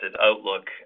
outlook